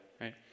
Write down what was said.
right